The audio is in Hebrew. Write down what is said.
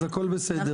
אז הכול בסדר.